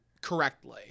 correctly